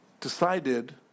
decided